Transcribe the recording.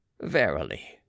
Verily